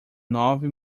nove